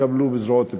יתקבלו בזרועות פתוחות.